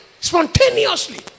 Spontaneously